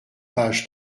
pages